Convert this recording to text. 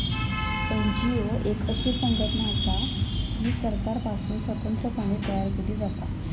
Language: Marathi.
एन.जी.ओ एक अशी संघटना असा जी सरकारपासुन स्वतंत्र पणे तयार केली जाता